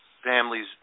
Families